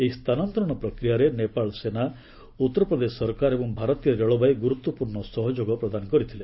ଏହି ସ୍ତାନାନ୍ତରଣ ପ୍ରକ୍ରିୟାରେ ନେପାଳ ସେନା ଉତ୍ତର ପ୍ରଦେଶ ସରକାର ଏବଂ ଭାରତୀୟ ରେଳବାଇ ଗୁରୁତ୍ୱପୂର୍ଣ୍ଣ ସହଯୋଗ ପ୍ରଦାନ କରିଥିଲେ